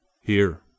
Here